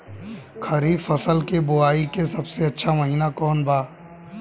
खरीफ फसल के बोआई के सबसे अच्छा महिना कौन बा?